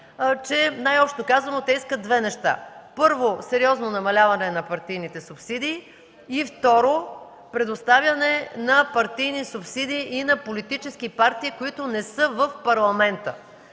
че, най-общо казано, те искат две неща: първо, сериозно намаляване на партийните субсидии и, второ, предоставяне на партийни субсидии и на политически партии, които не са в парламента